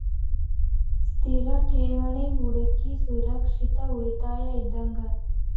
ಸ್ಥಿರ ಠೇವಣಿ ಹೂಡಕಿ ಸುರಕ್ಷಿತ ಉಳಿತಾಯ ಇದ್ದಂಗ